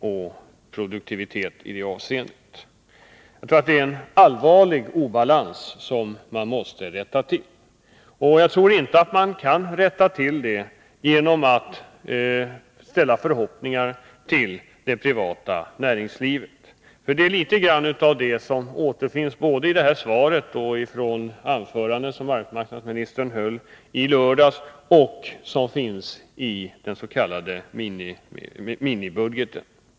Jag tror att det är en allvarlig obalans, som man måste rätta till. Och jag tror inte att man kan göra det genom att ställa förhoppningar till det privata näringslivet. Sådana förhoppningar avspeglar sig såväl i svaret i dag som i det anförande som arbetsmarknadsministern höll i lördags och i den s.k. minibudgeten.